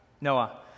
Noah